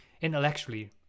intellectually